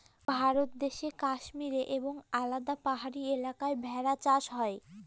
ভারত দেশে কাশ্মীরে এবং আলাদা পাহাড়ি এলাকায় ভেড়া চাষ হয়